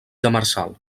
demersal